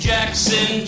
Jackson